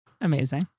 Amazing